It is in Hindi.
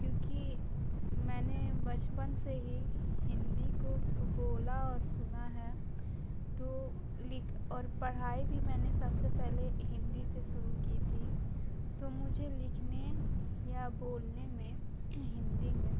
क्योंकि मैंने बचपन से ही हिंदी को बोला और सुना है तो लिख और पढ़ाई भी मैंने सबसे पहले हिंदी से शुरू की थी तो मुझे लिखने या बोलने में हिंदी में